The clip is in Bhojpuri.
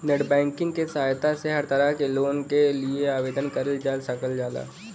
नेटबैंकिंग क सहायता से हर तरह क लोन के लिए आवेदन करल जा सकल जाला